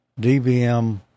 dBm